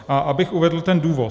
A abych uvedl ten důvod.